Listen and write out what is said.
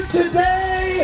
today